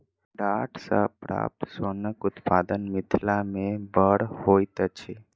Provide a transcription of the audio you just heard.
डांट सॅ प्राप्त सोनक उत्पादन मिथिला मे बड़ होइत अछि